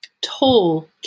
toll